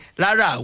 lara